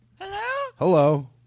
Hello